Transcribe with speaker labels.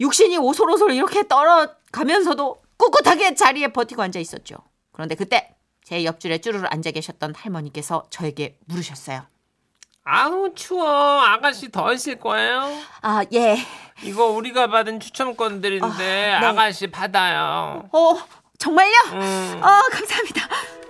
Speaker 1: 육신이 오솔오솔 이렇게 떨어가면서도 꿋꿋하게 자리에 버티고 앉아있었죠. 그런데 그때 제 옆줄에 쭈르르 앉아계셨던 할머니께서 저에게 물으셨어요.
Speaker 2: 아우, 추워. 아가씨 더 하실 거예요?
Speaker 1: 아, 예.
Speaker 2: 이거 우리가 받은 추첨권들인데
Speaker 1: 어, 네.
Speaker 2: 아가씨 받아요.
Speaker 1: 어, 정말요?
Speaker 2: 음.
Speaker 1: 어, 감사합니다.